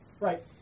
Right